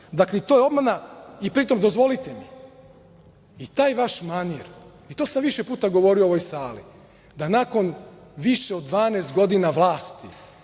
i to je obmana i pritom dozvolite mi i taj vaš manir, to sam više puta govorio u ovoj sali, da nakon više od dvanaest godina vlasti,